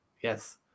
Yes